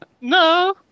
No